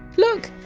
look,